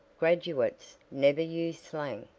graduates never use slang.